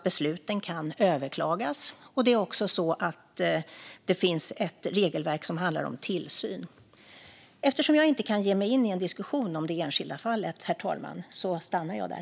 Besluten kan överklagas, och det finns också ett regelverk som handlar om tillsyn. Eftersom jag inte kan ge mig in i en diskussion om det enskilda fallet, herr talman, stannar jag där.